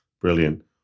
Brilliant